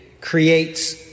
creates